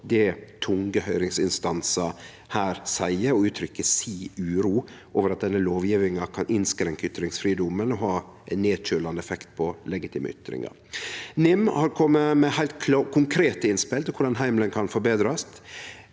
det tunge høyringsinstansar seier når dei gjev uttrykk for uro over at denne lovgjevinga kan innskrenke ytringsfridomen og ha ein nedkjølande effekt på legitime ytringar. NIM har kome med heilt konkrete innspel til korleis heimelen kan forbetrast.